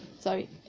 Sorry